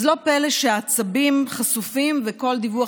אז לא פלא שהעצבים חשופים וכל דיווח